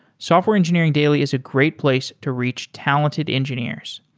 software engineering daily is a great place to reach talented engineers.